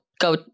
go